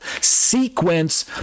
sequence